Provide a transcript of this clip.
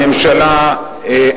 הממשלה,